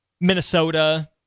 Minnesota